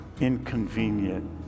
inconvenient